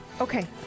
Okay